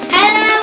Hello